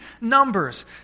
numbers